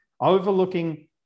overlooking